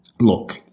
Look